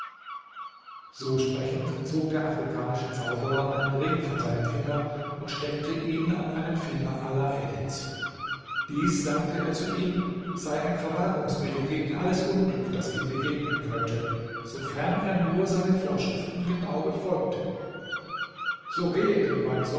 so sprechend zog der afrikanische zauberer einen ring von seinem finger und steckte ihn an einen finger alaeddins dies sagte er zu ihm sei ein verwahrungsmittel gegen alles unglück das ihm begegnen könnte sofern er nur seine vorschriften genau befolgte so gehe denn mein sohn